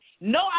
No